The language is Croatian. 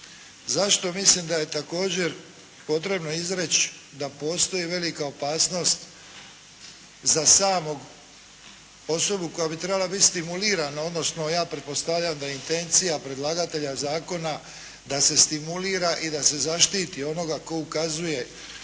Zašto mislim da je također potrebno izreći da postoji velika opasnost za samu osobu koja bi trebala biti stimulirana, odnosno ja pretpostavljam da je intencija predlagatelja zakona da se stimulira i da se zaštiti onoga tko ukazuje na